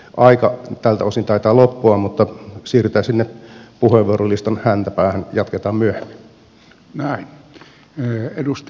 aika tältä osin taitaa loppua mutta siirrytään sinne puheenvuorolistan häntäpäähän jatketaan myöhemmin